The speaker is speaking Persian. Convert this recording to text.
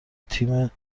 تیم